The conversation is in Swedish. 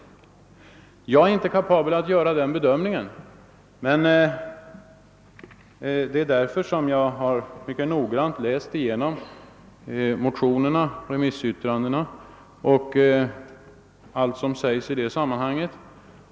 Jag är för min del inte kapabel att göra denna bedömning och jag har därför mycket noggrant läst igenom motionerna, remissyttrandena och allt som anförts i detta sammanhang.